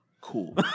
Cool